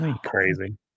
crazy